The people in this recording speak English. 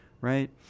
right